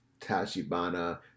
Tashibana